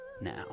now